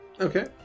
Okay